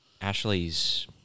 Ashley's